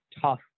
tough